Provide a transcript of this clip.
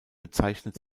bezeichnet